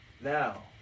now